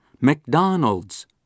McDonald's